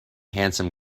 handsome